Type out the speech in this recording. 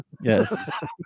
Yes